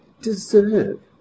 Deserve